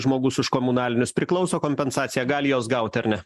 žmogus už komunalinius priklauso kompensacija gali juos gauti ar ne